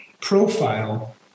profile